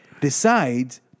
decides